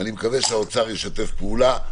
ואני מקווה שהאוצר ישתף פעולה.